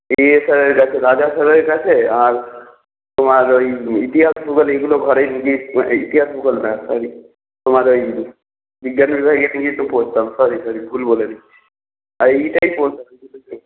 ইয়ে স্যারের কাছে রাজা স্যারের কাছে আর তোমার ওই ইতিহাস ভূগোল এগুলো ঘরেই নিজেই এই ইতিহাস ভূগোল না সরি তোমার ওই বিজ্ঞান বিভাগের নিয়েই তো পড়তাম সরি সরি ভুল বলে দিচ্ছি এই টাই পড়তাম